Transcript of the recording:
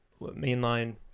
mainline